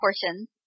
portions